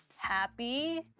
happy?